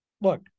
Look